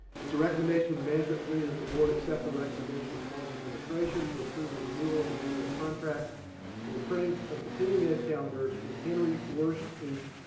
it's the recommendation of the management committee that the board accept the recommendation of college administration to approve the renewal of the annual contract for the printing of continuing ed calendars with henry wurst inc,